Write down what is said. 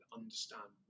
understand